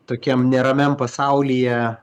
tokiam neramiam pasaulyje